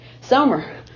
summer